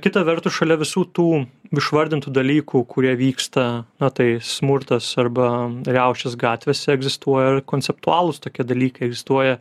kita vertus šalia visų tų išvardintų dalykų kurie vyksta na tai smurtas arba riaušės gatvėse egzistuoja konceptualūs tokie dalykai egzistuoja